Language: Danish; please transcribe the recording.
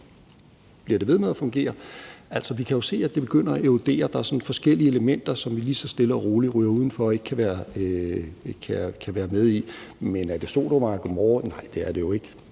Bliver det ved med at fungere? Altså, vi kan jo se, at det begynder at erodere. Der er sådan forskellige elementer, som vi lige så stille og roligt ryger udenfor og ikke kan være med i. Men er det Sodoma og Gomorra? Nej, det er det jo ikke.